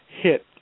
hit